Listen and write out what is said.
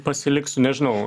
pasiliksiu nežinau